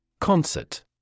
Concert